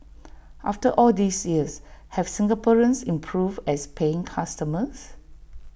after all these years have Singaporeans improved as paying customers